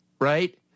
right